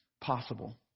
possible